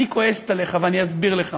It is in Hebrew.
אני כועסת עליך ואני אסביר לך.